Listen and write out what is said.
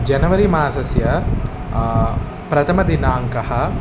जनवरि मासस्य प्रथमदिनाङ्कः